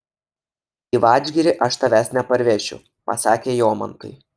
į vadžgirį aš tavęs neparvešiu pasakė jomantui